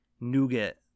nougat